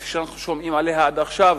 כפי שאנחנו שומעים עליה עד עכשיו,